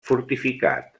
fortificat